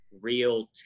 real